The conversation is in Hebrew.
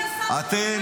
אדוני השר --- אתם,